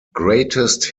greatest